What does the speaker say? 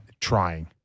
trying